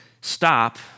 Stop